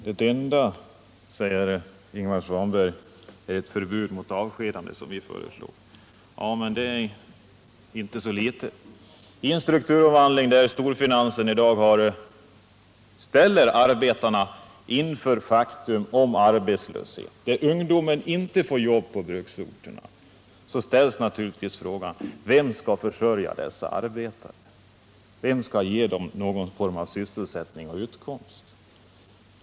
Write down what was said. Herr talman! Det enda vi föreslår, säger Ingvar Svanberg, är ett förbud mot avskedanden. Men det är inte så litet i en strukturomvandling, där storfinansen i dag ställer arbetarna inför arbetslöshet, där ungdomen inte får jobb på bruksorterna. Då ställs naturligtvis frågan: vem skall försörja dessa arbetare, vem skall ge dem någon form av sysselsättning och utkomst?